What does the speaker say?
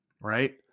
right